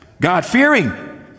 God-fearing